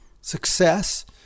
success